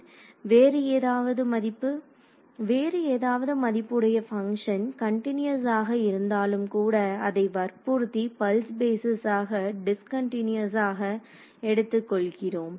மாணவர் வேறு ஏதாவது மதிப்பு வேறு ஏதாவது மதிப்புடைய பங்க்ஷன் கன்டினியஸாக இருந்தாலும் கூட அதை வற்புறுத்தி பல்ஸ் பேஸிஸ் ஆக டிஸ்கன்டினியஸாக எடுத்துக் கொள்கிறோம்